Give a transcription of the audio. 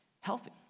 healthy